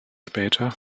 später